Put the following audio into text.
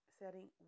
setting